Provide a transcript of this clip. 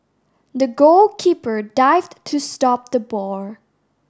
the goalkeeper dived to stop the ball